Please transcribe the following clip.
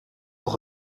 nog